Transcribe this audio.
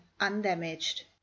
undamaged